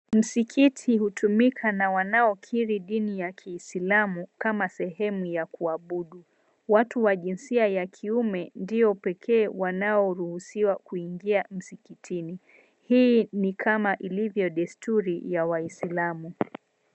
Msikiti hutumika na wanaokiri dini ya kiislamu kama sehemu ya kuabudu. Watu wa jinsia ya kiume ndio pekee wanaoruhusiwa kuingia msikitini. Hii ni kama ilivyo desturi ya waislamu.